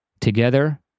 Together